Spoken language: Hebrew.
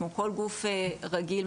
כמו כל גוף רגיל,